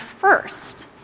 first